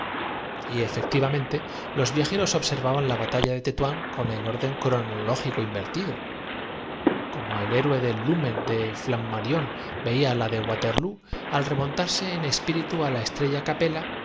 efectivamente los viajeros observaban la batalla madrid frente á la casa de la moneda dice así de tetuán con el orden cronológico invertido como estamos en el centro del campamento marroquí de el héroe de lumen de flammarión veía la de waterloo al remontarse muley ahmed las tropas españolas llegan hacia él en espíritu á la estrella capella